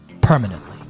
Permanently